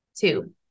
two